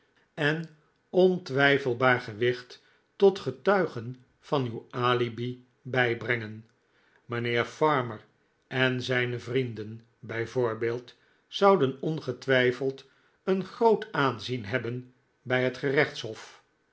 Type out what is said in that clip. en ontwijfelbaar gewicht tot getuigen van uw alibi bijbrengen mijnheer farmer en zijne vrienden bij voorbeeld zouden ongetwijfeld een groot aanzien hebben bij het gerechtshof